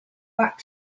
back